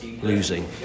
losing